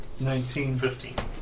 1915